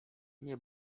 nie